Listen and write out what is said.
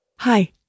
Hi